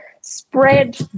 spread